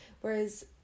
Whereas